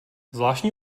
zvláštní